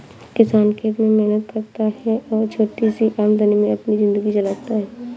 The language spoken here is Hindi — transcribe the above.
किसान खेत में मेहनत करता है और छोटी सी आमदनी में अपनी जिंदगी चलाता है